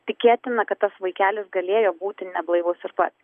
tikėtina kad tas vaikelis galėjo būti neblaivus ir pats